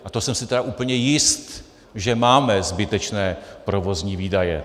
A to jsem si tedy úplně jist, že máme zbytečné provozní výdaje.